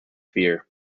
fear